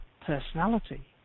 personality